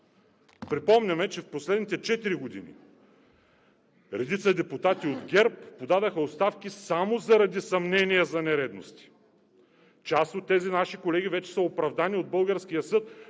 Припомняме, че в последните четири години редица депутати от ГЕРБ подадоха оставки само заради съмнения за нередности. Част от тези наши колеги вече са оправдани от българския съд,